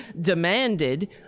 demanded